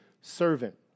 servant